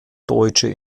deutsche